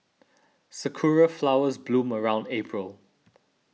sakura flowers bloom around April